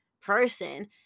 person